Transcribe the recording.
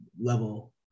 level